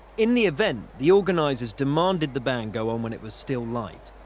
in the event, the organisers demanded the band go on when it was still light.